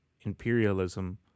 imperialism